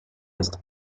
ist